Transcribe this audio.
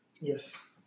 Yes